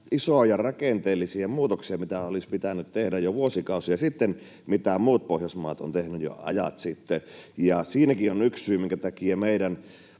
isoja rakenteellisia muutoksia, mitä olisi pitänyt tehdä jo vuosikausia sitten ja mitä muut Pohjoismaat ovat tehneet jo ajat sitten. Ja siinäkin on yksi syy, minkä takia meidän